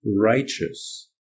righteous